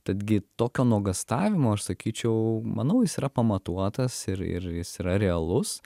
tad gi tokio nuogąstavimo aš sakyčiau manau jis yra pamatuotas ir ir jis yra realus